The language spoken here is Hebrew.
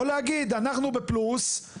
או להגיד אנחנו בפלוס,